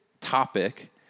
topic